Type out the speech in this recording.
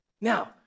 Now